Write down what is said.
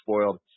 spoiled